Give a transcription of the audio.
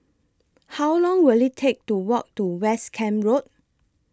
How Long Will IT Take to Walk to West Camp Road